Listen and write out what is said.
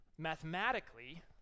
Mathematically